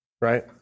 right